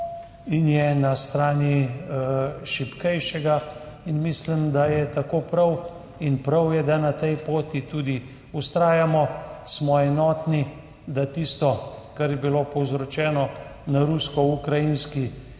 in je na strani šibkejšega. Mislim, da je tako prav. In prav je, da na tej poti tudi vztrajamo, smo enotni, da tisto, kar je bilo povzročeno na rusko-ukrajinski